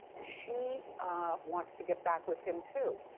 she wants to get back with him too.